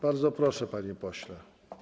Bardzo proszę, panie pośle.